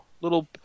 little